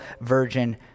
virgin